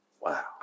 wow